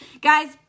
guys